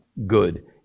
good